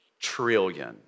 trillion